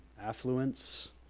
affluence